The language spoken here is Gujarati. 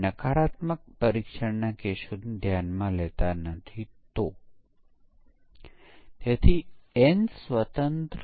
સિસ્ટમ પરીક્ષણ દરમિયાન કોઈ પણ સીધુ જ મોટી સોફ્ટવેર બગ શોધી શકતું નથી